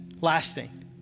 lasting